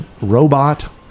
robot